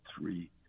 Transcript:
three